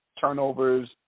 turnovers